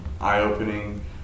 eye-opening